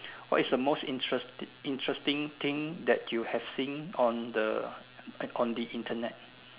what is the most interest~ interesting thing that you have seen on the eh on the Internet